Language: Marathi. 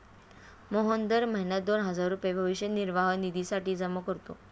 मोहन दर महीना दोन हजार रुपये भविष्य निर्वाह निधीसाठी जमा करतो